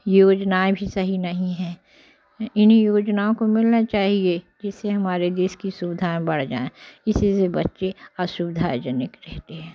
योजनाएं भी सही नहीं हैं इन योजनाओं को मिलना चाहिए जिससे हमारे देश की सुविधाएं बढ़ जाए इसी से बच्चे असुविधा जनिक रहते हैं